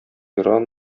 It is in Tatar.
иран